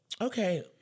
Okay